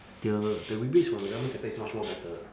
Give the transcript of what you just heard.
the the rebates from the government sector is much more better